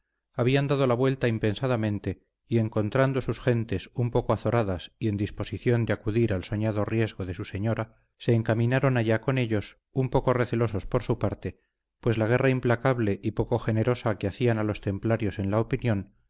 habían dado la vuelta impensadamente y encontrando sus gentes un poco azoradas y en disposición de acudir al soñado riesgo de su señora se encaminaron allá con ellos un poco recelosos por su parte pues la guerra implacable y poco generosa que hacían a los templarios en la opinión